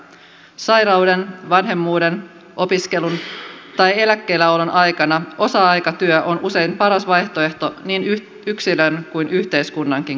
sairauden vanhemmuuden opiskelun tai eläkkeelläolon aikana osa aikatyö on usein paras vaihtoehto niin yksilön kuin yhteiskunnankin kannalta